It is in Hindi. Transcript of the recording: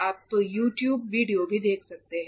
आप यू टूब वीडियो भी देख सकते हैं